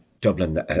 Dublin